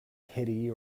pity